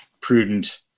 prudent